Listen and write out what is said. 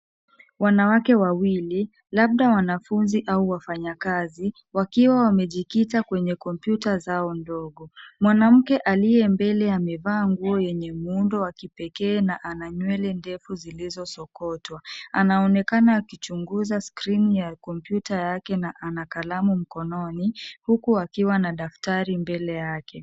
Wanawake wawili, labda wanafunzi au wafanyakazi wakiwa wamejikita kwenye kompyuta zao ndogo. Mwanamke aliye mbele amevaa nguo yenye muundo wa kipekee na ana nywele ndefu zilizosokotwa. Anaonekana akichunguza skrini ya kompyuta yake na ana kalamu mkononi, huku akiwa na daftari mbele yake.